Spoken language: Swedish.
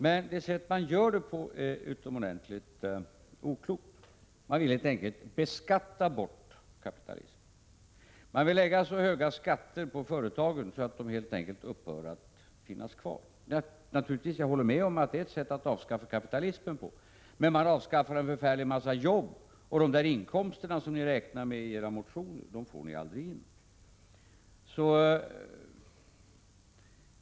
Men det sätt som ni vill göra det på är utomordentligt oklokt. Ni vill helt enkelt beskatta bort kapitalismen. Ni vill lägga så hög skatt på företagen att de helt enkelt upphör att finnas kvar. Jag håller med om att det är ett sätt att avskaffa kapitalismen — men ni avskaffar samtidigt en förfärlig massa jobb, och de inkomster som ni har räknat med i era motioner får ni aldrig in!